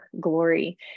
glory